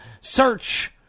Search